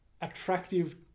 attractive